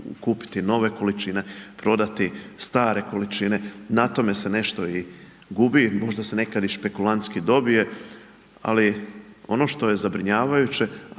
kupiti nove količine, prodati stare količine. Na tome se nešto i gubi, možda se nekad i špekulantski i dobije ali ono što je zabrinjavajuće